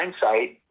hindsight